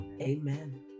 Amen